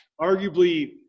arguably